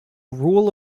rule